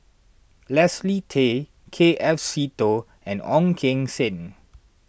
Leslie Tay K F Seetoh and Ong Keng Sen